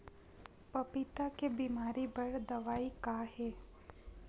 पपीता के बीमारी बर दवाई का हे?